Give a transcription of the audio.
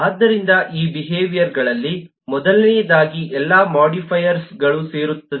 ಆದ್ದರಿಂದ ಈ ಬಿಹೇವಿಯರ್ಗಳಲ್ಲಿ ಮೊದಲನೆಯದಾಗಿ ಎಲ್ಲಾ ಮೊಡಿಫೈಯರ್ಗಳು ಸೇರುತ್ತದೆ